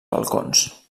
balcons